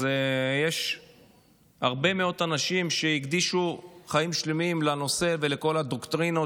אז יש הרבה מאוד אנשים שהקדישו חיים שלמים לנושא ולכל הדוקטרינות,